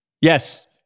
yes